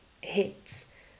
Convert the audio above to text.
hits